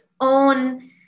own